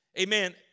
Amen